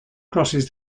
crosses